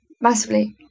massively